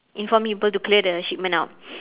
inform people to clear the shipment out